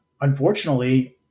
unfortunately